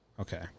Okay